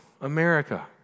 America